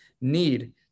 need